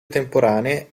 temporanee